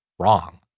wrong